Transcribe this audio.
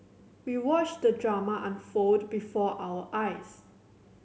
we watched the drama unfold before our eyes